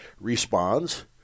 responds